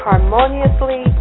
harmoniously